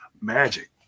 magic